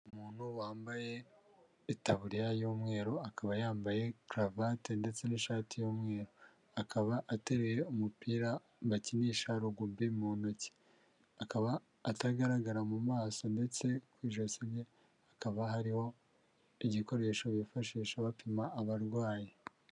Umuntu wambaye itaburiya y'umweru, akaba yambaye karavate ndetse n'ishati y'umweru. Akaba ateruye umupira bakinisha rugubi mu ntoki. Akaba atagaragara mu maso ndetse ku ijosi rye, hakaba hariho igikoresho bifashisha bapima abarwayi.